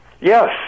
Yes